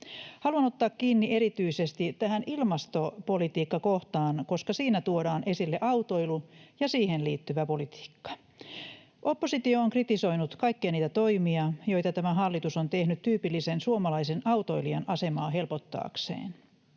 Haluan ottaa kiinni erityisesti tästä ilmastopolitiikka-kohdasta, koska siinä tuodaan esille autoilu ja siihen liittyvä politiikka. Oppositio on kritisoinut kaikkia niitä toimia, joita tämä hallitus on tehnyt tyypillisen suomalaisen autoilijan asemaa helpottaakseen.